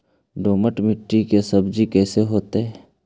दोमट मट्टी में सब्जी कैसन होतै?